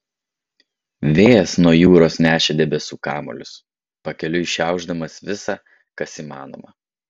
vėjas nuo jūros nešė debesų kamuolius pakeliui šiaušdamas visa kas įmanoma